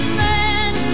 man